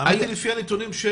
לפי הנתונים,